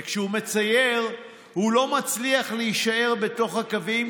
וכשהוא מצייר הוא לא מצליח להישאר בתוך הקווים,